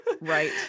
Right